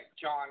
John